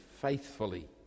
faithfully